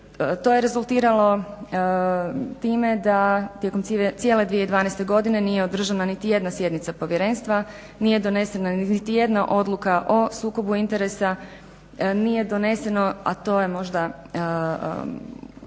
To je rezultiralo time da tijekom cijele 2012. godine nije održana niti jedna sjednica povjerenstva, nije donesena niti jedna odluka o sukobu interesa, nije doneseno, a to je možda